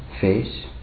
face